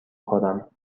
خورم